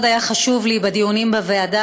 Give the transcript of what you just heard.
מאוד היה לי חשוב בדיונים בוועדה,